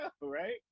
right